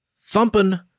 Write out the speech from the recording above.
thumping